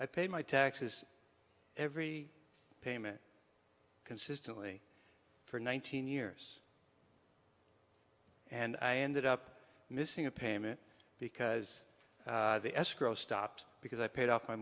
i paid my taxes every payment consistently for one thousand years and i ended up missing a payment because the escrow stopped because i paid off my